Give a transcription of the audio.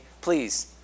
please